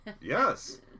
yes